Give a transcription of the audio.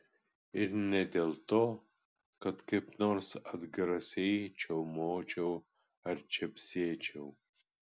ir ne dėl to kad kaip nors atgrasiai čiaumočiau ar čepsėčiau